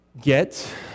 get